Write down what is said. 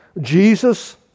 Jesus